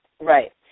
Right